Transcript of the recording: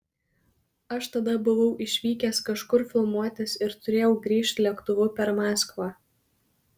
aš tada buvau išvykęs kažkur filmuotis ir turėjau grįžt lėktuvu per maskvą